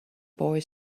boy